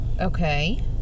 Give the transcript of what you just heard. Okay